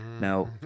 Now